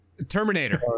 Terminator